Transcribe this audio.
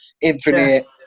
Infinite